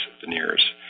veneers